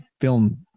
film